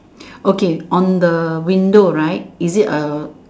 okay on the window right is it a